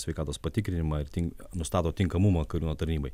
sveikatos patikrinimą ar tin nustato tinkamumą kariūno tarnybai